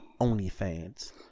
OnlyFans